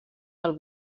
del